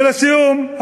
ולסיום,